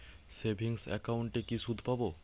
Savings একাউন্টে কি সুদ পাব?